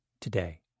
today